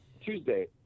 Tuesday